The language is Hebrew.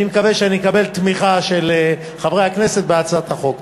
אני מקווה שאקבל תמיכה של חברי הכנסת בהצעת החוק.